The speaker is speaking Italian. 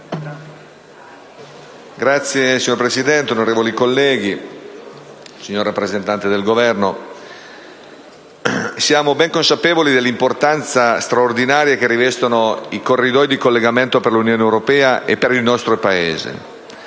Signor Presidente, onorevoli colleghi, signor rappresentante del Governo, siamo ben consapevoli dell'importanza straordinaria che rivestono i corridoi di collegamento per l'Unione europea e per il nostro Paese,